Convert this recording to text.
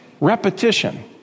repetition